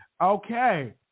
Okay